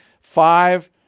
five